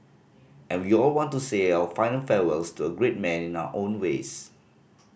and we all want to say our final farewells to a great man in our own ways